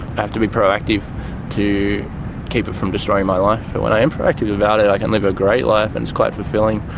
have to be proactive to keep it from destroying my life. but when i am proactive about it i can live a great life and it's quite fulfilling.